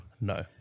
no